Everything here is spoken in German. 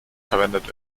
verwendet